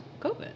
COVID